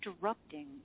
interrupting